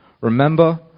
remember